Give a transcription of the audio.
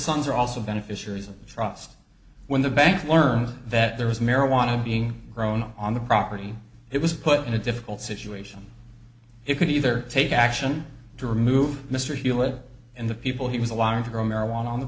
sons are also beneficiaries of the trust when the bank learned that there was marijuana being grown on the property it was put in a difficult situation it could either take action to remove mr hewitt and the people he was allotted to grow marijuana on the